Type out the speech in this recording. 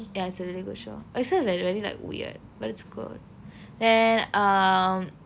ya it's a really good show it's just like very like weird but it's good then um